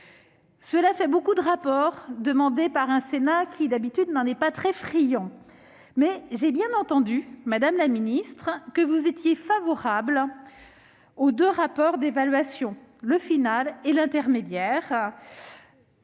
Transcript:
Cela fait beaucoup de rapports demandés par le Sénat qui, d'habitude, n'en est pas très friand, mais j'ai bien entendu, madame la ministre, que vous étiez favorable aux deux rapports d'évaluation- le rapport final et le rapport intermédiaire.